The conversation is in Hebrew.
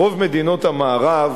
ברוב מדינות המערב,